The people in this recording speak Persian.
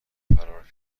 فرار